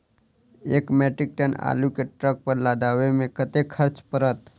एक metric ton आलु केँ ट्रक पर लदाबै मे कतेक खर्च पड़त?